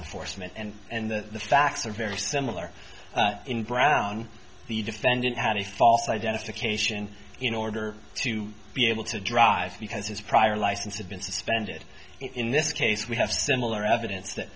enforcement and that the facts are very similar in brown the defendant had a false identification in order to be able to drive because his prior license had been suspended in this case we have similar evidence that